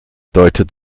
deutet